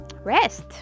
rest